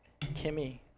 Kimmy